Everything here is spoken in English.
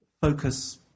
focus